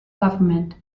government